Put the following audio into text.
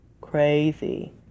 Crazy